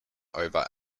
over